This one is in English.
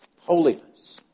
holiness